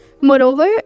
Moreover